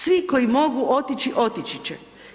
Svi koji mogu otići, otići će.